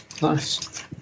Nice